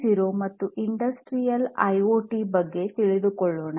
0 ಮತ್ತು industrial IoT ಬಗ್ಗೆ ತಿಳಿದುಕೊಳ್ಳೋಣ